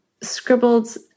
scribbled